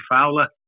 Fowler